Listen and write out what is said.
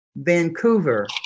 vancouver